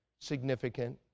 significant